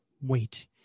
wait